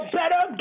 better